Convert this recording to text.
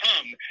come